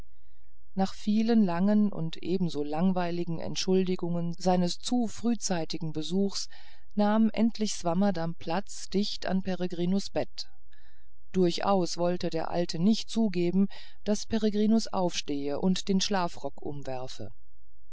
nach vielen langen und ebenso langweiligen entschuldigungen seines zu frühzeitigen besuchs nahm endlich swammerdamm platz dicht an peregrinus bett durchaus wollte der alte nicht zugeben daß peregrinus aufstehe und den schlafrock umwerfe